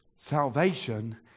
Salvation